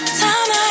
time